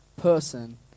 person